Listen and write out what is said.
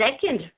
second